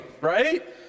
right